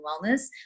Wellness